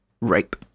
rape